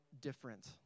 different